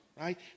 right